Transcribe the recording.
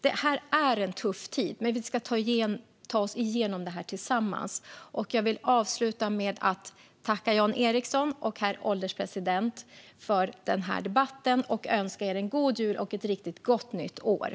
Det här är en tuff tid, men vi ska ta oss igenom den tillsammans. Jag tackar Jan Ericson och herr ålderspresidenten för debatten. Jag önskar er en god jul och ett riktigt gott nytt år.